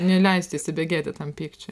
neleisti įsibėgėti tam pykčiui